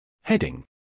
Heading